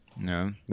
No